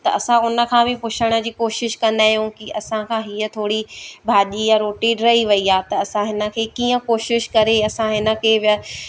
त असां हुन खां बि पुछण जी कोशिशि कंदा आहियूं की असां खां हीअ थोरी भाॼी या रोटी ढही वई आहे त असां हिन खे कीअं कोशिशि करे असां हिन के वय